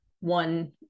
one